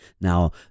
Now